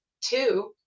two